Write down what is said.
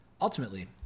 Ultimately